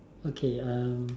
okay um